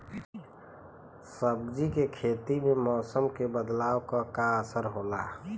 सब्जी के खेती में मौसम के बदलाव क का असर होला?